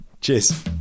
Cheers